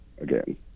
again